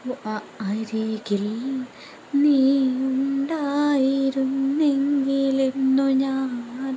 അരികിൽ നീ ഉണ്ടായിരുന്നെങ്കിലെന്നു ഞാൻ